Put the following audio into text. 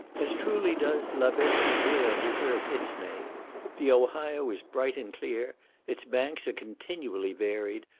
as truly does la belle riviere deserve its name the ohio is bright and clear its banks are continually varied,